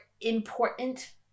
important